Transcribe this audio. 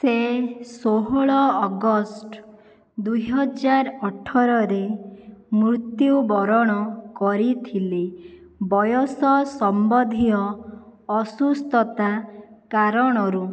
ସେ ଷୋହଳ ଅଗଷ୍ଟ ଦୁଇହଜାରରେ ମୃତ୍ୟୁବରଣ କରିଥିଲେ ବୟସ ସମ୍ବନ୍ଧୀୟ ଅସୁସ୍ଥତା କାରଣରୁ